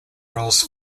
rules